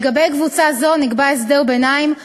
לגבי קבוצה זו נקבע הסדר ביניים,